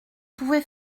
pouvez